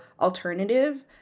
alternative